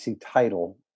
title